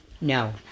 No